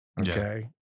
Okay